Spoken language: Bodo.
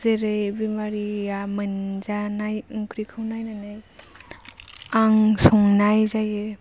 जेरै बेमारिया मोनजानाय ओंख्रिखौ नायनानै आं संनाय जायो